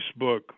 Facebook